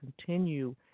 continue